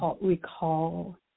recall